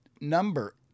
number